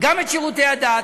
גם את שירותי הדת,